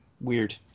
weird